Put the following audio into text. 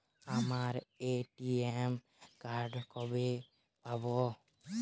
আমার ATM card কবে পাব?